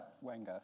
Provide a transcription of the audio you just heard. Wenger